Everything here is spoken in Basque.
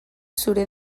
zure